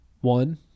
one